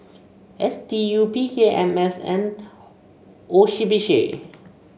S D U P K M S and O C B C